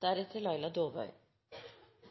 Men som alle som har snakket med funksjonshemmedes organisasjoner vet, er